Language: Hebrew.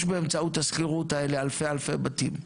באמצעות השכירות האלה אלפי-אלפי בתים.